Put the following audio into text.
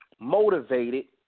motivated